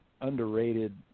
underrated